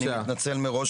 אני מתנצל מראש,